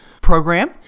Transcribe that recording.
program